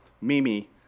Mimi